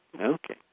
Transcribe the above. Okay